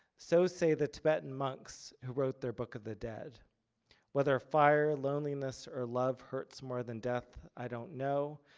so say the tibetan monks who wrote their book of the dead whether a fire loneliness or love hurts more than death, i don't know.